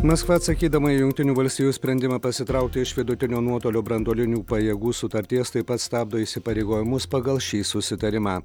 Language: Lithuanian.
maskva atsakydama į jungtinių valstijų sprendimą pasitraukti iš vidutinio nuotolio branduolinių pajėgų sutarties taip pat stabdo įsipareigojimus pagal šį susitarimą